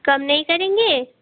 कम नहीं करेंगे